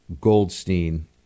Goldstein